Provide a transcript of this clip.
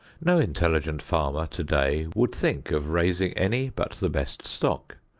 no intelligent farmer to-day would think of raising any but the best stock.